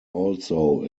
also